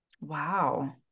Wow